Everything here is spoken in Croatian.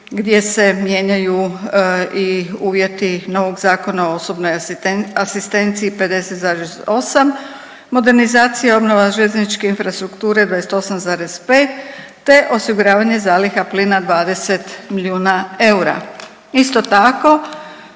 gdje se mijenjaju i uvjeti novog Zakona o osobnoj asistenciji 50,8, modernizacija i obnova željezničke infrastrukture 28,5, te osiguravanje zaliha plina 20 milijuna eura. Isto tako